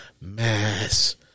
mass